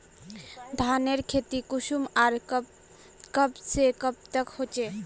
धानेर खेती कुंसम आर कब से कब तक होचे?